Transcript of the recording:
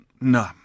No